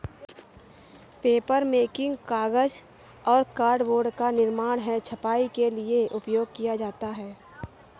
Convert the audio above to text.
papermaking कागज और cardboard का निर्माण है छपाई के लिए उपयोग किया जाता है